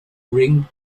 ring